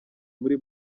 muri